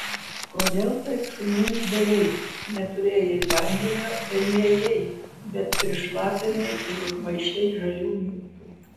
kodėl taip šunims darei neturėjai vandenio tai nėjai bet prišlapinai ir užmaišei žalių miltų